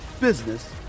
business